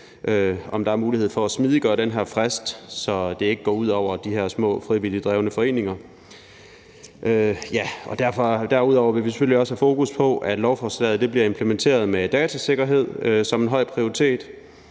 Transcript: om der er mulighed for at smidiggøre den her frist, så det ikke går ud over de her små, frivilligt drevne foreninger. Derudover vil vi selvfølgelig også have fokus på, at lovforslaget bliver implementeret med datasikkerhed som en høj prioritet.